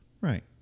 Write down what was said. Right